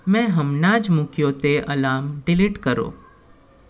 મેં હમણાં જ મૂક્યો તે અલાર્મ ડિલીટ કરો